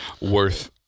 worth